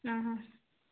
ആഹാ